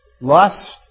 Lust